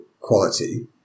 quality